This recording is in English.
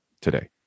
today